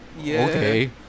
okay